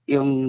Yung